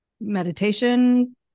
meditation